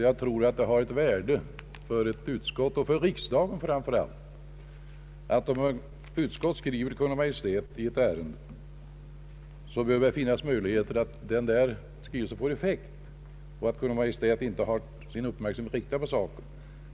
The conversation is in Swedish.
Jag tror att det är värdefullt för ett utskott och framför allt för riksdagen, när riksdagen skriver till Kungl. Maj:t, att det finns möjligheter att skrivelsen får effekt och att Kungl. Maj:t inte redan har sin uppmärksamhet riktad på saken.